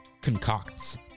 concocts